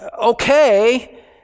Okay